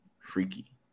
freaky